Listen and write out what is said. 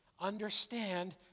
understand